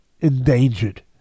endangered